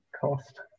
cost